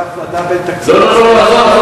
תעשה הפרדה בין תקציב להשכלה גבוהה.